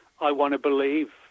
I-want-to-believe